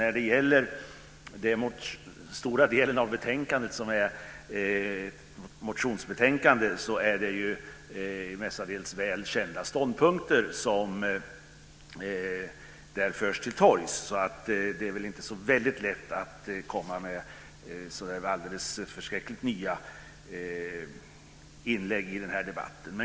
När det gäller den stora del av betänkandet som rör motioner är det ju mestadels väl kända ståndpunkter som där förs till torgs, så det är inte så lätt att komma med nya inlägg i den här debatten.